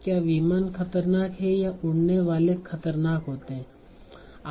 क्या विमान खतरनाक है या उड़ने वाले खतरनाक होते हैं